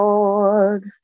Lord